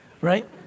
Right